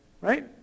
Right